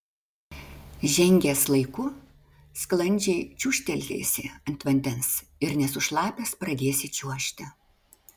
žengęs laiku sklandžiai čiūžtelėsi ant vandens ir nesušlapęs pradėsi čiuožti